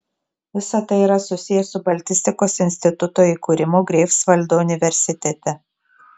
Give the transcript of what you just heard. visa tai yra susiję su baltistikos instituto įkūrimu greifsvaldo universitete